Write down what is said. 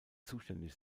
zuständig